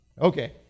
Okay